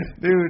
Dude